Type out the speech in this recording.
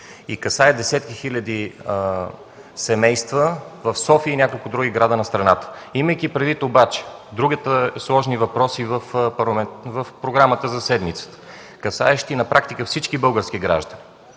Касае десетки хиляди семейства в София и няколко други града на страната. Имайки предвид обаче другите сложни въпроси в програмата за седмицата, касаещи на практика всички български граждани,